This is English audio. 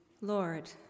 Lord